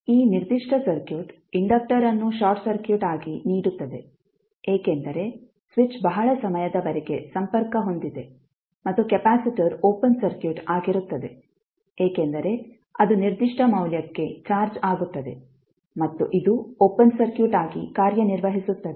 ಈ ನಿರ್ದಿಷ್ಟ circuit inductor ಅನ್ನು ಶಾರ್ಟ್ ಸರ್ಕ್ಯೂಟ್ ಆಗಿ ನೀಡುತ್ತದೆ ಏಕೆಂದರೆ ಸ್ವಿಚ್ ಬಹಳ ಸಮಯದವರೆಗೆ ಸಂಪರ್ಕ ಹೊಂದಿದೆ ಮತ್ತು ಕೆಪಾಸಿಟರ್ ಓಪನ್ ಸರ್ಕ್ಯೂಟ್ ಆಗಿರುತ್ತದೆ ಏಕೆಂದರೆ ಅದು ನಿರ್ದಿಷ್ಟ ಮೌಲ್ಯಕ್ಕೆ ಚಾರ್ಜ್ ಆಗುತ್ತದೆ ಮತ್ತು ಇದು ಓಪನ್ ಸರ್ಕ್ಯೂಟ್ ಆಗಿ ಕಾರ್ಯನಿರ್ವಹಿಸುತ್ತದೆ